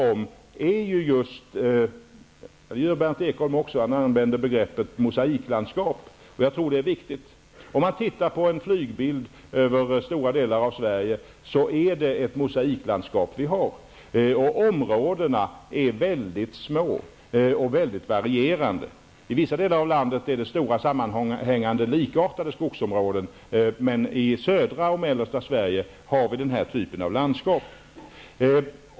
Berndt Ekholm använder i detta sammanhang begreppet mosaiklandskap, och det är just vad vi talar om. Om man tittar på en flygbild över stora delar av Sverige så ser man att det är fråga om ett mosaiklandskap. Områdena är mycket små och mycket varierande. I vissa delar av landet är det stora, sammanhängande och likartade skogsområden, men i södra och mellersta Sverige har vi den här typen av mosaiklandskap.